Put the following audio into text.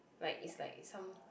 like it's like some